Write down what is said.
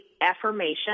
affirmation